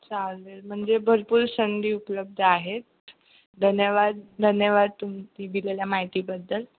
चालेल म्हणजे भरपूर संधी उपलब्ध आहेत धन्यवाद धन्यवाद तुम्ही दिलेल्या माहितीबद्दल